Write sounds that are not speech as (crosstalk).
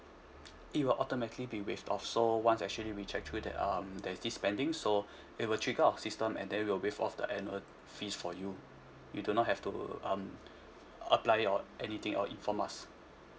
(noise) it will automatically be waived off so once actually we check through that um there's this spending so it will trigger our system and then we'll waive off the annual fees for you you do not have to um apply it or anything or inform us